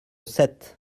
sept